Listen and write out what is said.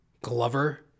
Glover